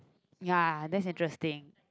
ya that's interesting